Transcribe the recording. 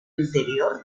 interior